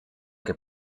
che